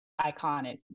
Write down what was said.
iconic